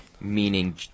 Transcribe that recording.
meaning